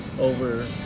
over